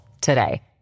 today